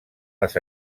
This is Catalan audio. les